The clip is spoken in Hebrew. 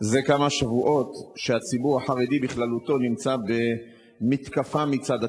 זה כמה שבועות שהציבור החרדי בכללותו נמצא במתקפה מצד התקשורת.